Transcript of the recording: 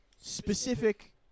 specific